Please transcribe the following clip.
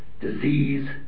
disease